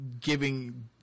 giving